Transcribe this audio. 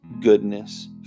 goodness